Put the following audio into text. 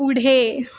पुढे